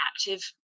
active